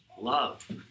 love